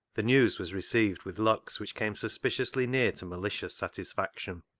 the news was received with looks which came suspiciously near to malicious satisfaction.